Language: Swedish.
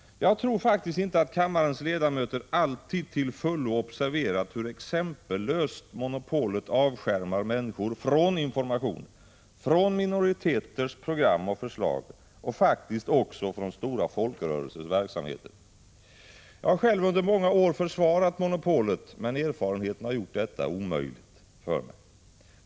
Jag tror faktiskt inte att kammarens ledamöter alltid till fullo observerat hur exempellöst monopolet avskärmar människor från information, från minoriteters program och förslag och faktiskt också från stora folkrörelsers verksamheter. Jag har själv under många år försvarat monopolet, men erfarenheten har gjort detta omöjligt för mig.